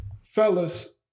Fellas